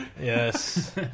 yes